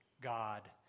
God